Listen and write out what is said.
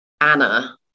Anna